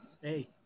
Hey